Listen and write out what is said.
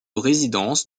résidence